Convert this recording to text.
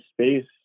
space